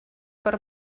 per